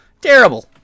Terrible